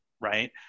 right